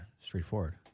straightforward